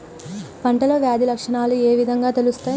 పంటలో వ్యాధి లక్షణాలు ఏ విధంగా తెలుస్తయి?